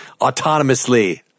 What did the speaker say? autonomously